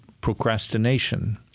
procrastination